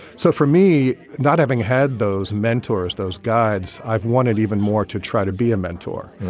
so for me, not having had those mentors, those guides, i've wanted even more to try to be a mentor,